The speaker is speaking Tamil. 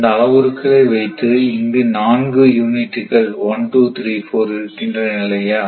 இந்த அளவுருக்களை வைத்து இங்கு நான்கு யூனிட்டுகள் 1234 இருக்கின்றன இல்லையா